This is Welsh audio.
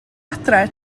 adre